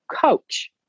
coach